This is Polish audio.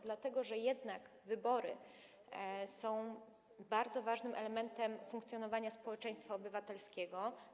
Dlatego że jednak wybory są bardzo ważnym elementem funkcjonowania społeczeństwa obywatelskiego.